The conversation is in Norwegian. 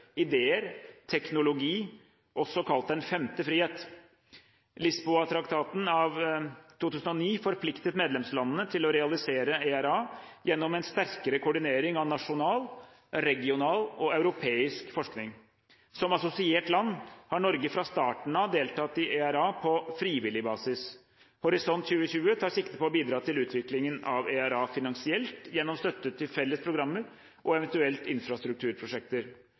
ideer, teknologi – også kalt «den femte frihet». Lisboa-traktaten av 2009 forpliktet medlemslandene til å realisere ERA gjennom en sterkere koordinering av nasjonal, regional og europeisk forskning. Som assosiert land har Norge fra starten av deltatt i ERA på frivillig basis. Horisont 2020 tar sikte på å bidra til utviklingen av ERA finansielt gjennom støtte til felles programmer og eventuelt infrastrukturprosjekter.